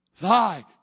Thy